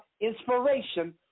inspiration